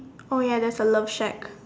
oh ya there's a love shack